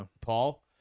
Paul